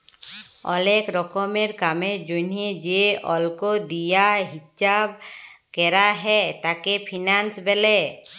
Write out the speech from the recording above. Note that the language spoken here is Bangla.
ওলেক রকমের কামের জনহে যে অল্ক দিয়া হিচ্চাব ক্যরা হ্যয় তাকে ফিন্যান্স ব্যলে